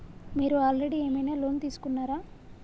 మీరు ఆల్రెడీ ఏమైనా లోన్ తీసుకున్నారా?